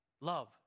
Love